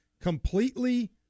completely